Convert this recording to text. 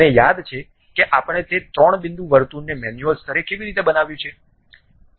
તમને યાદ છે કે આપણે તે ત્રણ બિંદુ વર્તુળને મેન્યુઅલ સ્તરે કેવી રીતે બનાવ્યું છે